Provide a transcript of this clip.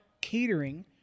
catering